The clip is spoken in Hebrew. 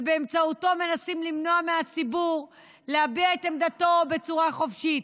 שבאמצעותו מנסים למנוע מהציבור להביע את עמדתו בצורה חופשית,